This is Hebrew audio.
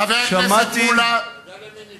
חבר הכנסת מולה, למה הוא נביא?